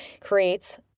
creates